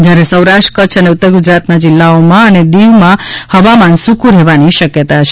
જ્યારે સૌરાષ્ટ્ર કચ્છ અને ઉત્તર ગુજરાતમાં જિલ્લાઓમાં અને દીવમાં હવામાન સુકું રહેવાની શક્યતા છે